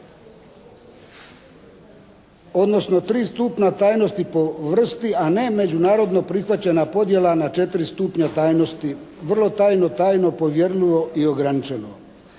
odnosno tri stupnja tajnosti po vrsti, a ne međunarodno prihvaćena podjela na četiri stupnja tajnosti vrlo tajno, tajno, povjerljivo i ograničeno.